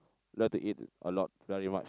love to eat a lot very much